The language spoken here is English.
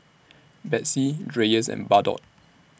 Betsy Dreyers and Bardot